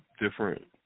different